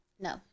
No